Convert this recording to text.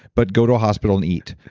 but go to a hospital and eat.